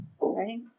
right